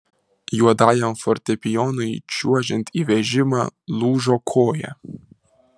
juodajam fortepijonui čiuožiant į vežimą lūžo koja